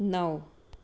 નવ